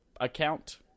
account